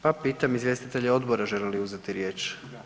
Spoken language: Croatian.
Pa pitam izvjestitelje odbora žele li uzeti riječ?